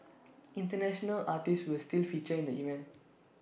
International artists will still feature in the event